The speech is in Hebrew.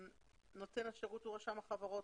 נותן השירות היא רשם החברות,